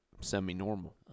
semi-normal